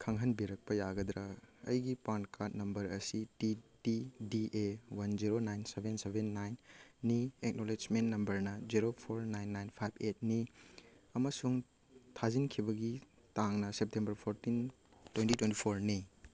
ꯈꯪꯍꯟꯕꯤꯔꯛꯄ ꯌꯥꯒꯗ꯭ꯔꯥ ꯑꯩꯒꯤ ꯄꯥꯟ ꯀꯥꯔꯠ ꯅꯝꯕꯔ ꯑꯁꯤ P P D A one zero nine seven seven ꯅꯥꯏꯟꯅꯤ ꯑꯦꯛꯅꯣꯂꯦꯁꯃꯦꯟ ꯅꯝꯕꯔꯅ zero four nine nine five ꯑꯦꯠꯅꯤ ꯑꯃꯁꯨꯡ ꯊꯥꯖꯤꯟꯈꯤꯕꯒꯤ ꯇꯥꯡꯅ ꯁꯦꯞꯇꯦꯝꯕꯔ ꯐꯣꯔꯇꯤꯟ ꯇ꯭ꯋꯦꯟꯇꯤ ꯇ꯭ꯋꯦꯟꯇꯤ ꯐꯣꯔꯅꯤ